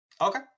Okay